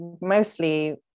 mostly